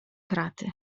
kraty